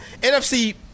NFC